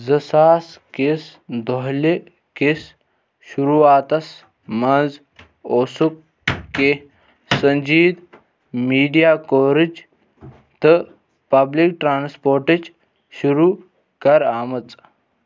زٕ ساس کِس دۄہلہِ کِس شروٗعاتَس منٛز اوسُکھ کینٛہہ سٔنجیٖد میڈیا کوریج تہٕ پبلک ٹرانسپورٹٕچ شروٗع کَر آمٕژ